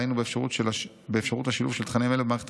ראינו באפשרות השילוב של תכנים אלה במערכת